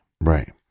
Right